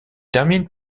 termine